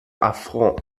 affront